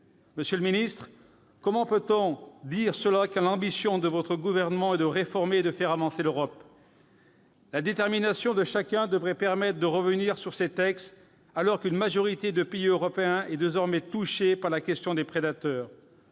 Monsieur le ministre, comment peut-on le prétendre, quand l'ambition du Gouvernement est de réformer et de faire avancer l'Europe ? La détermination de chacun devrait permettre de revenir sur ces textes, alors qu'une majorité de pays européens est désormais affectée par la question des prédateurs.